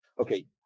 Okay